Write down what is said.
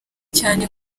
cyane